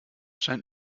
scheint